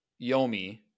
Yomi